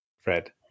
Fred